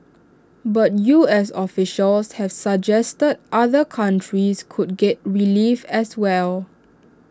but U S officials have suggested other countries could get relief as well